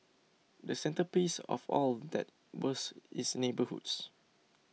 the centrepiece of all that was its neighbourhoods